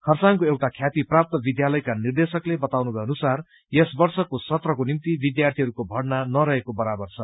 खरसाङको एउटा ख्याती प्राप्त विद्यालयका निर्देशकले बताउनु भएअनुसार यस वर्षको सत्रको निम्ति विद्यार्थीहरूको भर्ना नरहेको बराबर छ